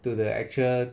to the actual